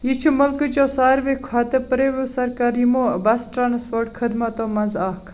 یہِ چھُِ مُلکٕچو سارِوٕے کھۄتہٕ پرٛوِیو سرکٲر یِمو بس ٹرٛانٕسپورٹ خٔدمتَو منٛز اَکھ